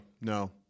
No